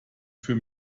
für